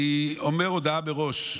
אני אומר הודעה מראש,